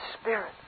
Spirit